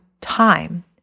time